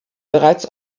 bereits